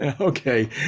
Okay